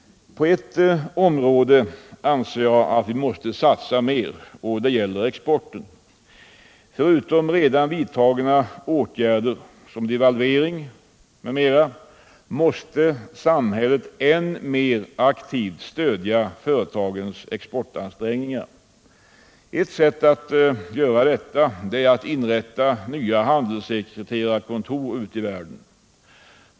På ett område anser jag att vi måste satsa mer. Det gäller exporten. Förutom redan vidtagna åtgärder, såsom devalvering m.m., måste samhället än mer aktivt stöjda företagens exportansträngningar. Ett sätt att göra detta är att inrätta nya handelssekreterarkontor ute i världen.